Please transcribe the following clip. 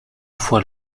fois